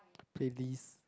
playlist